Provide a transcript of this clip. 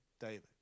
David